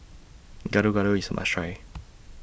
Gado Gado IS A must Try